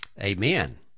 amen